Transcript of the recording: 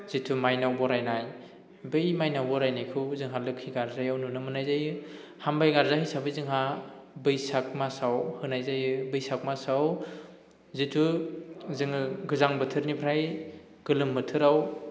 जितु माइनाव बरायनाय बै माइनाव बरायनायखौहो जोंहा लोखि गार्जायाव नुनो मोननाय जायो हामबाय गार्जा हिसाबै जोंहा बैसाग मासआव होनाय जायो बैसाग मासआव जितु जोङो गोजां बोथोरनिफ्राय गोलोम बोथोराव